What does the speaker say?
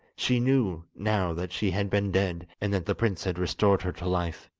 she knew now that she had been dead, and that the prince had restored her to life.